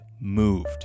moved